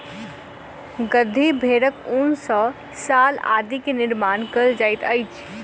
गद्दी भेड़क ऊन सॅ शाल आदि के निर्माण कयल जाइत अछि